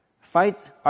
Fight